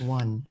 one